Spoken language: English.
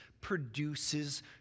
produces